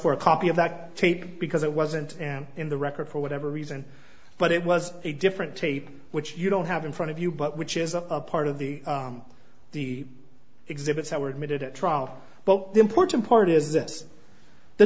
for a copy of that tape because it wasn't in the record for whatever reason but it was a different tape which you don't have in front of you but which is a part of the the exhibits that were admitted at trial but the important part is th